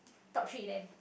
top three then